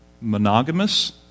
monogamous